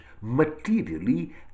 materially